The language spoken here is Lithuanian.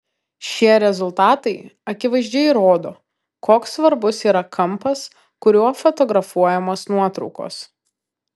šie rezultatai akivaizdžiai rodo koks svarbus yra kampas kuriuo fotografuojamos nuotraukos